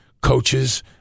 coaches